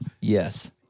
Yes